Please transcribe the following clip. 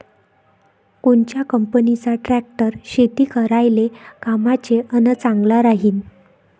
कोनच्या कंपनीचा ट्रॅक्टर शेती करायले कामाचे अन चांगला राहीनं?